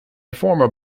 former